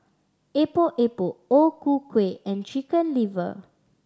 Epok Epok O Ku Kueh and Chicken Liver